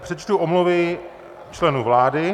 Přečtu omluvy členů vlády.